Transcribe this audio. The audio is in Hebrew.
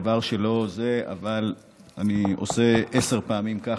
זה דבר שלא היה, אבל אני עושה עשר פעמים ככה.